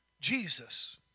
Jesus